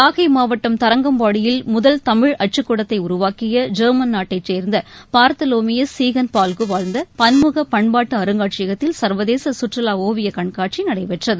நாகை மாவட்டம் தரங்கம்பாடியில் முதல் தமிழ் அச்சுக்கூடத்தை உருவாக்கிய ஜெர்மன் நாட்டைச் சேர்ந்த பார்த்தலோமியஸ் சீகன் பால்கு வாழ்ந்த பன்முக பண்பாட்டு அருங்காட்சியத்தில் சர்வதேச சுற்றுவா ஒவியக் கண்காட்சி நடைபெற்றது